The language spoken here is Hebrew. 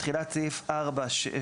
בתחילת סעיף 4(א)(6),